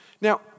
Now